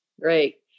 Great